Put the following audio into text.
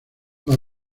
los